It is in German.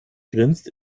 grinst